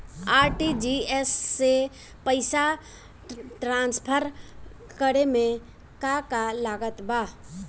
RTGS से पईसा transfer करे मे का का लागत बा?